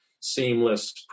seamless